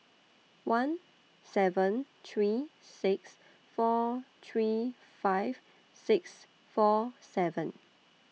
one seven three six four three five six four seven